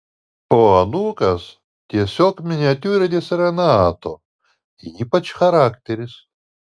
o anūkas tiesiog miniatiūrinis renato ypač charakteris